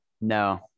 No